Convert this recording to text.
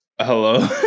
hello